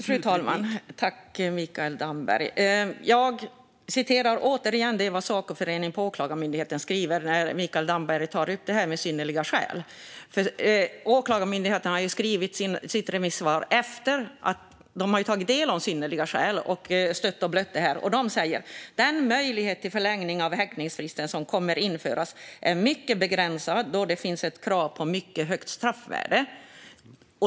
Fru talman! Jag tackar Mikael Damberg för detta. När Mikael Damberg tar upp synnerliga skäl ska jag återigen referera vad Sacoföreningen på Åklagarmyndigheten skriver. Åklagarmyndigheten har skrivit sitt remissvar efter att de har tagit del av detta med synnerliga skäl och stött och blött detta. Sacoföreningen skriver: Den möjlighet till förlängning av häktningsfrister som kommer att införas är mycket begränsad då det finns ett krav på mycket högt straffvärde.